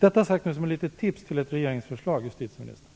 Detta sagt som ett litet tips till ett regeringsförslag, justitieministern.